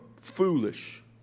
foolish